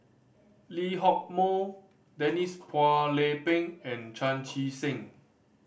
Lee Hock Moh Denise Phua Lay Peng and Chan Chee Seng